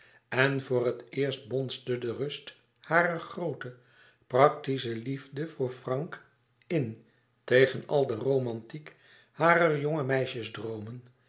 en voor het eerst bonsde de rust harer groote practische liefde voor frank in tegen al de romantiek harer jongemeisjesdroomen